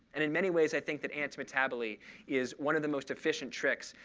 and in many ways, i think that antimetabole is one of the most efficient tricks,